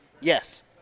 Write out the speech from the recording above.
Yes